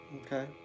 Okay